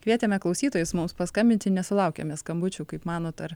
kvietėme klausytojus mums paskambinti nesulaukėme skambučių kaip manot ar